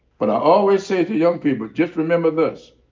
but i always say to young people, just remember this.